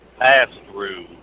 pass-through